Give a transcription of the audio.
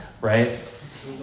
Right